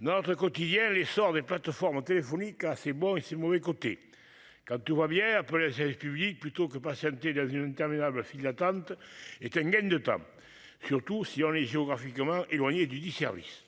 Notre quotidien l'essor des plateformes téléphoniques a ses bons et ses mauvais côtés. Quand tout va bien peu les sièges public plutôt que patienter dans une interminable file d'attente est un une de temps surtout si on les géographiquement éloignés du du service